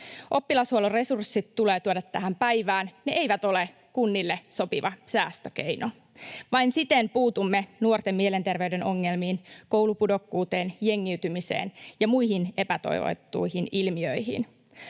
Oppilashuollon resurssit tulee tuoda tähän päivään, ne eivät ole kunnille sopiva säästökeino. Vain siten puutumme nuorten mielenterveyden ongelmiin, koulupudokkuuteen, jengiytymiseen ja muihin epätoivottuihin ilmiöihin.